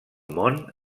món